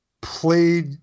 played –